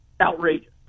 outrageous